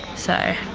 so.